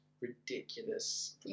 ridiculous